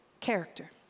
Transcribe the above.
character